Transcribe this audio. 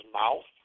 mouth